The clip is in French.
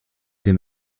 des